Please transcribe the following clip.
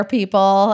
people